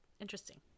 interesting